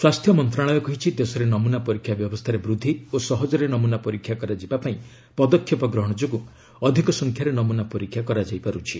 ସ୍ୱାସ୍ଥ୍ୟ ମନ୍ତ୍ରଣାଳୟ କହିଛି ଦେଶରେ ନମୁନା ପରୀକ୍ଷା ବ୍ୟବସ୍ଥାରେ ବୃଦ୍ଧି ଓ ସହଜରେ ନମୁନା ପରୀକ୍ଷା କରାଯିବାପାଇଁ ପଦକ୍ଷେପ ଗ୍ରହଣ ଯୋଗୁଁ ଅଧିକ ସଂଖ୍ୟାରେ ନମୁନା ପରୀକ୍ଷା କରାଯାଇପାରୁଛି